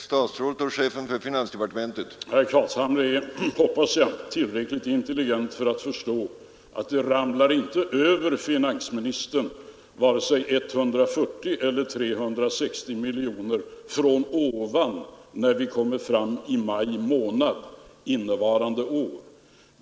Herr talman! Herr Carlshamre är, hoppas jag, tillräckligt intelligent för att förstå att det inte ramlar över finansministern vare sig 140 eller 360 miljoner från ovan, när vi kommer fram till maj månad innevarande år.